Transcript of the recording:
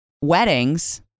weddings